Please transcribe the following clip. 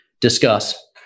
discuss